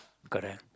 correct